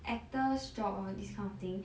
actors job hor this kind of thing